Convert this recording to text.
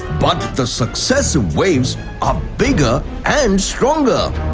but the successive waves are bigger and stronger.